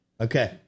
okay